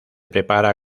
prepara